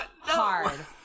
hard